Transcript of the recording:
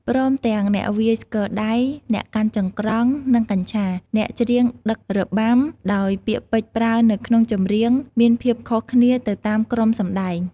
ព្រមទាំងអ្នកវាយស្គរដៃ អ្នកកាន់ចង្រ្កង់ និងកញ្ឆា អ្នកច្រៀងដឹករបាំ ដោយពាក្យពេចន៍ប្រើនៅក្នុងចម្រៀងមានភាពខុសគ្នាទៅតាមក្រុមសម្ដែង។